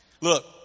Look